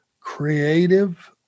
creative